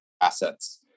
assets